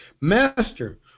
Master